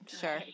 Sure